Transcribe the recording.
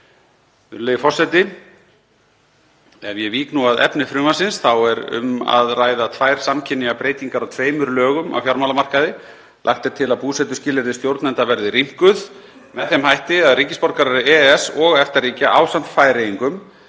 Virðulegi forseti. Ef ég vík nú að efni frumvarpsins er um að ræða tvær samkynja breytingar á tveimur lögum á fjármálamarkaði. Lagt er til að búsetuskilyrði stjórnenda verði rýmkuð með þeim hætti að ríkisborgarar EES og EFTA-ríkja ásamt Færeyingum